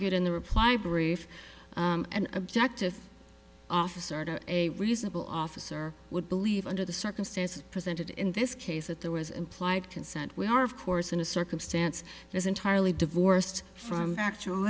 argued in the reply brief and objective officer a reasonable officer would believe under the circumstances presented in this case that there was implied consent we are of course in a circumstance is entirely divorced from actual